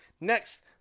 Next